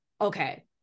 okay